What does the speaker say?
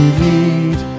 need